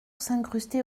s’incruster